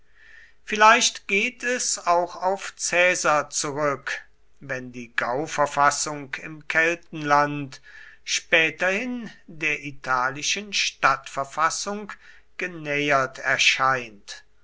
vielleicht geht es auch auf caesar zurück wenn die gauverfassung im keltenland späterhin der italischen stadtverfassung genähert erscheint